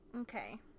okay